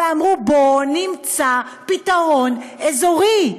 ואמרו: בואו נמצא פתרון אזורי.